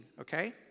okay